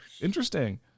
Interesting